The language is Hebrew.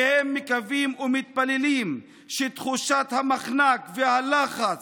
והם מקווים ומתפללים שתחושת המחנק והלחץ